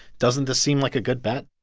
doesn't this seem like a good bet?